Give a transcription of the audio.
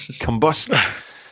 combust